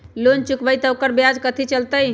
Loan चुकबई त ओकर ब्याज कथि चलतई?